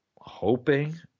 Hoping